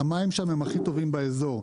המים שם הם הכי טובים באזור,